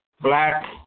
black